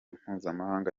mpuzamahanga